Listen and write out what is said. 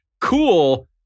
cool